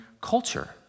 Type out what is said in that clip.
culture